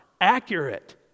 accurate